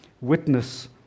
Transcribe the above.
witness